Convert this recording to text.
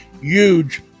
huge